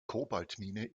kobaltmine